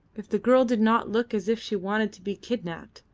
if the girl did not look as if she wanted to be kidnapped!